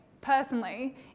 personally